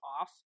off